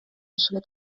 schritt